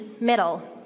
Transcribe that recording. middle